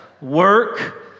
work